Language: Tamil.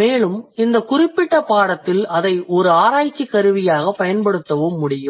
மேலும் இந்த குறிப்பிட்ட பாடத்தில் அதை ஒரு ஆராய்ச்சி கருவியாகப பயன்படுத்தவும் முடியும்